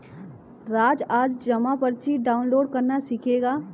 राज आज जमा पर्ची डाउनलोड करना सीखेगा